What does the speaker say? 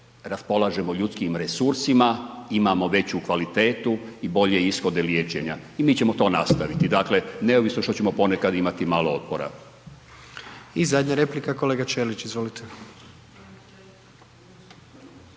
raspolažemo ljudskim resursima, imamo veću kvalitetu i bolje ishode liječenja. I mi ćemo to nastaviti, dakle neovisno što ćemo ponekad imati malo otpora. **Jandroković, Gordan